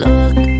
Look